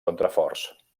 contraforts